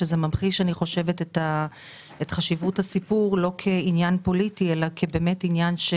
שממחישה את חשיבות הנושא לא כעניין פוליטי אלא כעניין שהוא